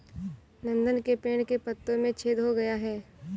नंदन के पेड़ के पत्तों में छेद हो गया है